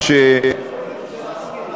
אני רוצה להזכיר לאדוני,